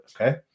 okay